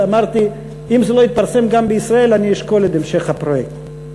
אמרתי שאם זה לא יתפרסם גם בישראל אני אשקול את המשך הפרויקט.